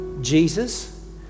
Jesus